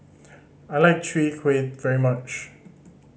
I like Chwee Kueh very much